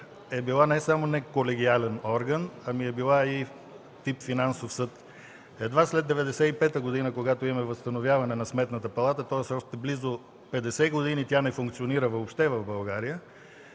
е била не само неколегиален орган, ами е била и тип финансов съд. Едва след 1995 г., когато имаме възстановяване на Сметната палата, тоест още близо 50 години, тя не функционира въобще в България,